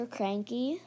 Cranky